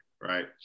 right